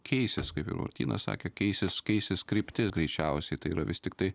keisis kaip ir martynas sakė keisis keisis krypti greičiausiai tai yra vis tiktai